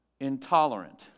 Intolerant